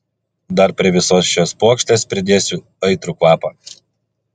dar prie visos šios puokštės pridėsiu aitrų kvapą